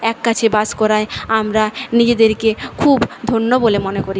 এক কাছে বাস করায় আমরা নিজেদেরকে খুব ধন্য বলে মনে করি